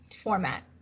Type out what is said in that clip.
Format